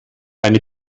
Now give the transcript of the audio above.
eine